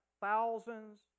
thousands